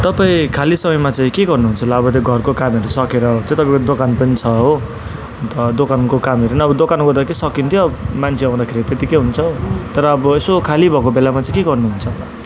तपाईँ खाली समयमा चाहिँ के गर्नुहुन्छ होला अब त्यो घरको कामहरू सकेर हुन्छ तपाईँको दोकान पनि छ हो अन्त दोकानको कामहरू अब दोकानको त के सकिन्थ्यो मान्छे हुँदाखेरि त्यतिकै हुन्छ तर अब यसो खाली भएको बेलामा चाहिँ के गर्नुहुन्छ